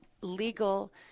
legal